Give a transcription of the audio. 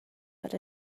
but